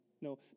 No